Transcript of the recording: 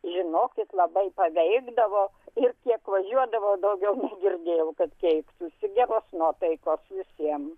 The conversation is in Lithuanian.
žinokit labai paveikdavo ir kiek važiuodavau daugiau negirdėjau kad keistųsi geros nuotaikos visiem